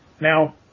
Now